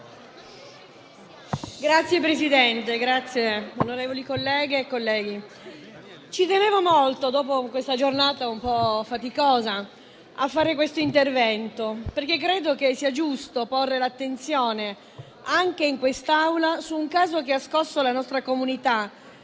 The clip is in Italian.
Signor Presidente, onorevoli colleghe e colleghi, ci tenevo molto, dopo questa giornata un po' faticosa, a svolgere questo intervento, perché credo sia giusto porre l'attenzione anche in quest'Aula su un caso che ha scosso la nostra comunità